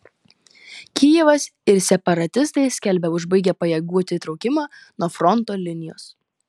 kijevas ir separatistai skelbia užbaigę pajėgų atitraukimą nuo fronto linijos